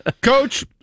coach